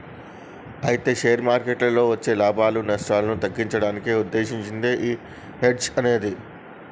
అయితే షేర్ మార్కెట్లలో వచ్చే లాభాలు నష్టాలు తగ్గించడానికి ఉద్దేశించినదే ఈ హెడ్జ్ అనేది